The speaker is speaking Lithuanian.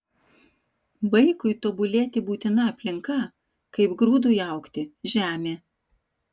vaikui tobulėti būtina aplinka kaip grūdui augti žemė